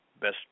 best